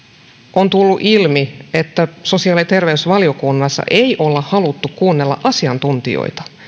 on tullut ilmi että sosiaali ja terveysvaliokunnassa ei ole haluttu kuunnella asiantuntijoita